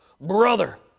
brother